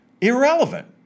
Irrelevant